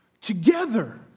Together